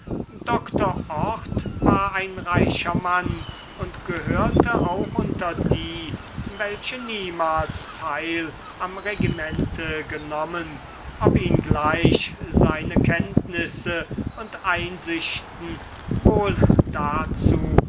doktor orth war ein reicher mann und gehörte auch unter die welche niemals teil am regimente genommen ob ihn gleich seine kenntnisse und einsichten wohl dazu